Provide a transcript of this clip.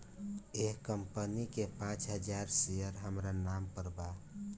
एह कंपनी के पांच हजार शेयर हामरा नाम पर बा